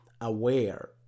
aware